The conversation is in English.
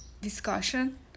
discussion